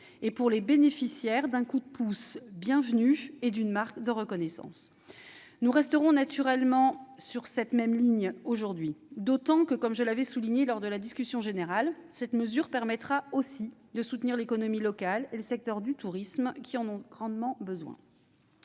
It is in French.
et, pour les bénéficiaires, d'un coup de pouce et d'une marque de reconnaissance bienvenus. Nous resterons naturellement sur cette même ligne aujourd'hui, d'autant que- comme je l'ai souligné lors de la discussion générale en première lecture -cette mesure permettra aussi de soutenir l'économie locale et le secteur du tourisme, qui en ont grandement besoin.